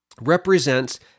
represents